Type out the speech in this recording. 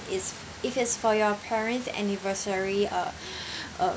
is if it's for your parents' anniversary uh uh